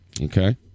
Okay